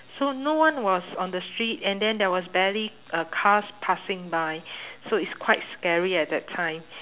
so no one was on the street and then there was barely uh cars passing by so it's quite scary at that time